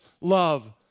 love